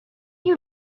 you